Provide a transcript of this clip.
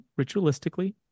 ritualistically